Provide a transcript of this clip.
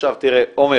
עכשיו, תראה, עומר,